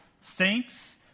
saints